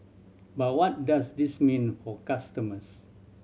but what does this mean for customers